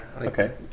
Okay